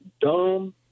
dumb